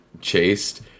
chased